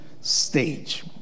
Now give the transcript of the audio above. stage